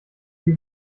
die